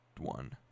one